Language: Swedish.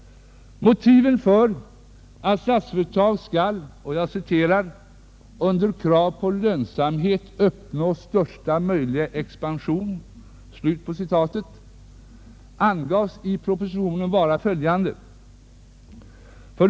Motiven för att Statsföretag skall ”under krav på lönsamhet uppnå största möjliga expansion” angavs i propositionen vara följande: 1.